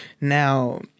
Now